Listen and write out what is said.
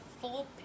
full